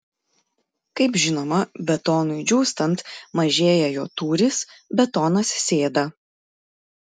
kaip žinoma betonui džiūstant mažėja jo tūris betonas sėda